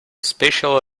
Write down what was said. special